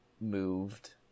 moved